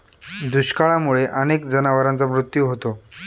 दुष्काळामुळे अनेक जनावरांचा मृत्यू होतो